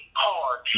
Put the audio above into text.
hard